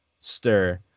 stir